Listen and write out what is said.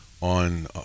on